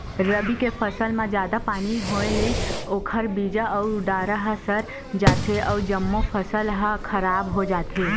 रबी के फसल म जादा पानी होए ले ओखर बीजा अउ डारा ह सर जाथे अउ जम्मो फसल ह खराब हो जाथे